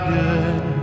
good